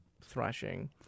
thrashing